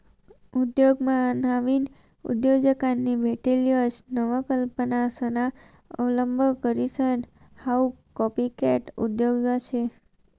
उद्योगमा नाविन उद्योजकांनी भेटेल यश नवकल्पनासना अवलंब करीसन हाऊ कॉपीकॅट उद्योजक शे